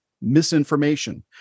misinformation